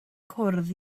cwrdd